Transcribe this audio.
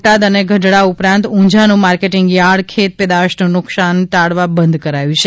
બોટાદ અને ગઢડા ઉપરાંત ઉંઝાનું માર્કેટીંગ યાર્ડ ખેતપેદાશનુ નુકશાન ટાળવા બંધ કરાયું છે